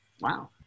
Wow